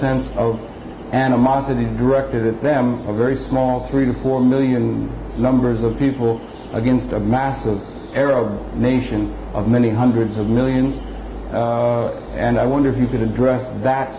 sense of animosity directed at them a very small three to four million numbers of people against a massive arab nation many hundreds of millions and i wonder if you could address that